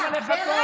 למה לחכות?